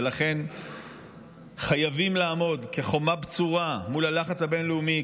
ולכן חייבים לעמוד כחומה בצורה מול הלחץ הבין-לאומי,